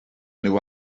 nhw